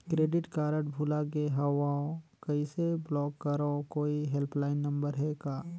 Credit card भुला गे हववं कइसे ब्लाक करव? कोई हेल्पलाइन नंबर हे का?